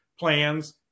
plans